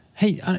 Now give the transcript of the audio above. Hey